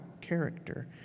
character